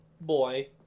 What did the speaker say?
boy